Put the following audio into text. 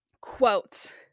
quote